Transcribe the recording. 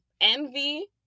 Envy